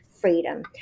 freedom